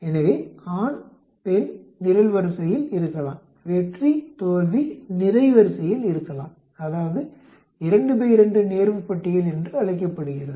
எனவே ஆண் பெண் நிரல்வரிசையில் இருக்கலாம் வெற்றி தோல்வி நிரைவரிசையில் இருக்கலாம் அது 22 நேர்வு பட்டியல் என்று அழைக்கப்படுகிறது